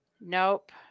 Nope